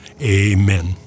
Amen